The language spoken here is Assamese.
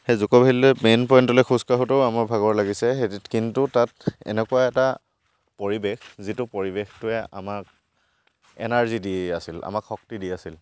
হেই জুকো ভেলিলৈ মেইন পইণ্টলৈ খোজ কাঢ়োঁতেও আমাৰ ভাগৰ লাগিছে কিন্তু তাত এনেকুৱা এটা পৰিৱেশ যিটো পৰিৱেশটোৱে আমাক এনাৰ্জি দি আছিল আমাক শক্তি দি আছিল